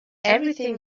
everything